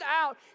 out